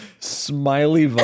Smiley